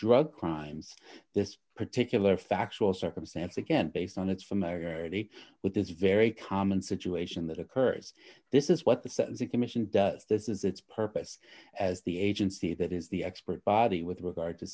drug crimes this particular factual circumstance again based on it's from mary with this very common situation that occurs this is what the the commission does this is its purpose as the agency that is the expert body with regard to